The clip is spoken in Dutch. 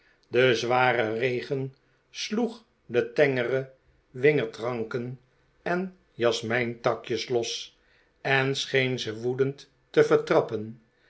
de zware regen sloeg de tengere wingerdranken en jasmijntakjes los en scheen ze woedend te ver